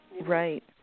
Right